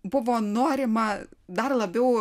buvo norima dar labiau